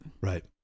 Right